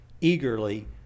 eagerly